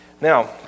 Now